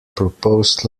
proposed